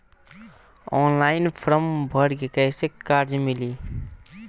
Online form भर के कैसे कर्जा मिली?